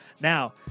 Now